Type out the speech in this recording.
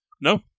No